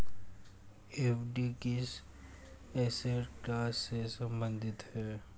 FD किस asset class से संबंधित है?